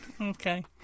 Okay